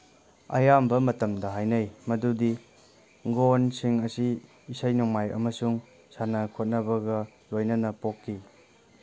ꯑꯌꯥꯝꯕ ꯃꯇꯝꯗ ꯍꯥꯏꯅꯩ ꯃꯗꯨꯗꯤ ꯒꯣꯟꯁꯤꯡ ꯑꯁꯤ ꯏꯁꯩ ꯅꯣꯡꯃꯥꯏ ꯑꯃꯁꯨꯡ ꯁꯥꯟꯅ ꯈꯣꯠꯅꯕꯒ ꯂꯣꯏꯅꯅ ꯄꯣꯛꯈꯤ